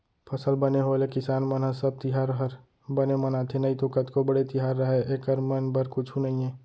फसल बने होय ले किसान मन ह सब तिहार हर बने मनाथे नइतो कतको बड़े तिहार रहय एकर मन बर कुछु नइये